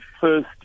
first